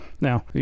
Now